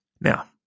Now